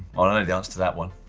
i don't have the answer to that one.